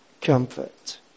comfort